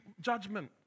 judgment